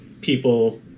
people